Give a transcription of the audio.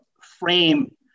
frame